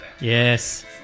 Yes